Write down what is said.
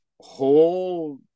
whole